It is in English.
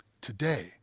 Today